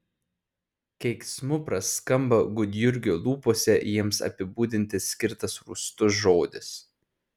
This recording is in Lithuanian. keiksmu praskamba gudjurgio lūpose jiems apibūdinti skirtas rūstus žodis